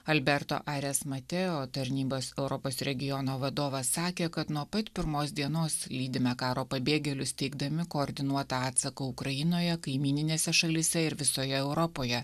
alberto ares mateo tarnybos europos regiono vadovas sakė kad nuo pat pirmos dienos lydime karo pabėgėlius teikdami koordinuotą atsaką ukrainoje kaimyninėse šalyse ir visoje europoje